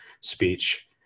speech